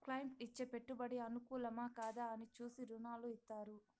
client ఇచ్చే పెట్టుబడి అనుకూలమా, కాదా అని చూసి రుణాలు ఇత్తారు